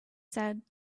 said